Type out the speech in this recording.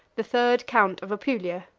the third count of apulia.